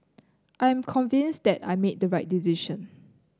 I am convinced that I made the right decision